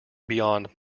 beyond